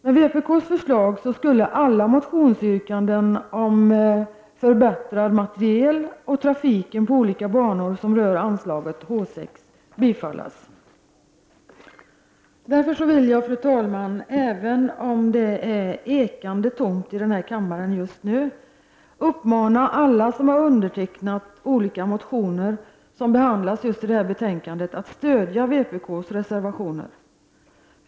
Med vpk:s förslag skulle alla motionsyrkanden om materiel och trafiken på olika banor som rör anslaget H6 bifallas. Fru talman! Jag vill därför, även om det är ekande tomt i denna kammare just nu, uppmana alla som har undertecknat motioner som behandlas i detta betänkande att stödja vpk:s reservationer.